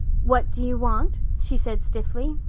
what do you want? she said stiffly.